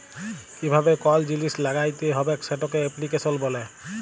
কিভাবে কল জিলিস ল্যাগ্যাইতে হবেক সেটকে এপ্লিক্যাশল ব্যলে